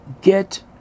get